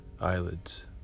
eyelids